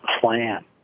plan